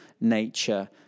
nature